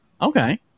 Okay